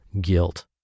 guilt